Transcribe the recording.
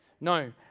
No